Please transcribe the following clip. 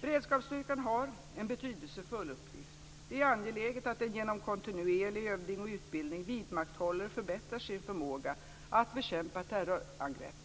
Beredskapsstyrkan har en betydelsefull uppgift. Det är angeläget att den genom kontinuerlig övning och utbildning vidmakthåller och förbättrar sin förmåga att bekämpa terrorangrepp.